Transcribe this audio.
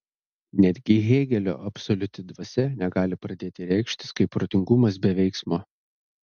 netgi hėgelio absoliuti dvasia negali pradėti reikštis kaip protingumas be veiksmo